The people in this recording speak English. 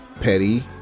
petty